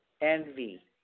envy